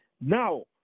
Now